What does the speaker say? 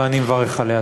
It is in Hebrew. ואני מברך עליה.